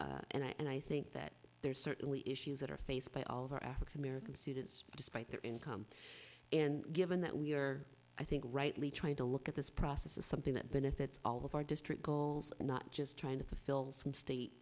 community is and i think that there are certainly issues that are faced by all of our african american students despite their income and given that we are i think rightly trying to look at this process is something that benefits all of our district goals not just trying to fill some state